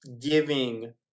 giving